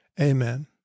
Amen